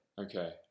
Okay